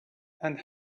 and